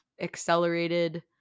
accelerated